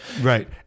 right